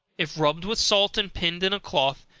if rubbed with salt, and pinned in a cloth,